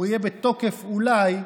הוא יהיה בתוקף אולי,